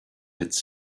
its